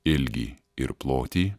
ilgį ir plotį